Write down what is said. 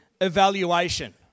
evaluation